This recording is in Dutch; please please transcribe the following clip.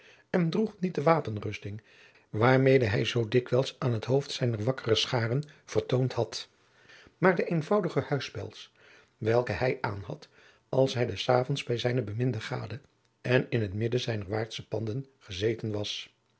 en droeg niet de wapenrusting waarmede hij zich zoo dikwijls aan het hoofd zijner wakkere scharen vertoond had maar de eenvoudige huispels welke hij aan had als hij des avonds bij zijne beminde gade en in t midden zijner waardste panden gezeten was